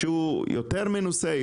שהוא יותר מנוסה,